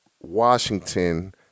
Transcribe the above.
Washington